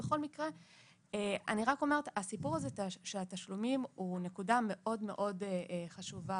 אני רוצה לומר שהנושא של התשלומים הוא נקודה מאוד-מאוד חשובה